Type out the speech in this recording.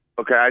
Okay